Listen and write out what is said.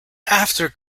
after